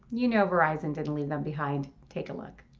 you know verizon didn't leave them behind. take a look.